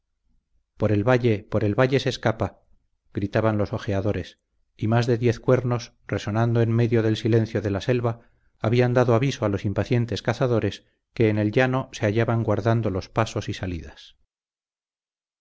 por el valle por el valle se escapa gritaban los ojeadores y más de diez cuernos resonando en medio del silencio de la selva habían dado aviso a los impacientes cazadores que en el llano se hallaban guardando los pasos y salidas